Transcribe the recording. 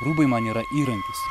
rūbai man yra įrankis